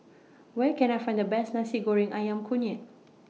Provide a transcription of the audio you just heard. Where Can I Find The Best Nasi Goreng Ayam Kunyit